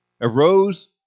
arose